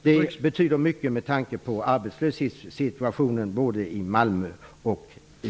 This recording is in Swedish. Det betyder mycket med tanke på arbetslöshetssituationen både i Malmö och i